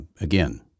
Again